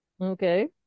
Okay